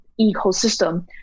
ecosystem